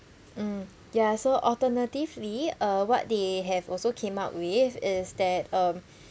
mm ya so alternatively uh what they have also came up with is that um